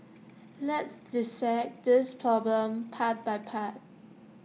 let's dissect this problem part by part